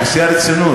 בשיא הרצינות,